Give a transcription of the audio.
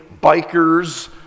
bikers